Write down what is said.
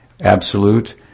Absolute